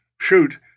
shoot